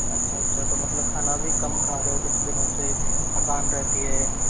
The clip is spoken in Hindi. अच्छा अच्छा तो मतलब खाना भी कम खा रहे हो कुछ दिनों से थकान रहती है